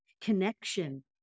connection